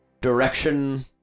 direction